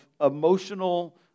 emotional